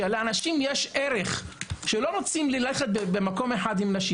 לאנשים יש ערך שהם לא רוצים ללכת במקום אחד עם נשים,